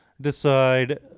decide